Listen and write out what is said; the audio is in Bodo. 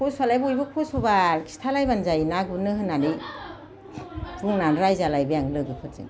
खस्थ'आलाय बयबो खस्थ' बाल खिथालायबानो जायो ना गुरनो होननानै बुंनानै रायजालायबाय आं लोगोफोरजों